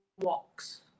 walks